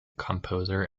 composer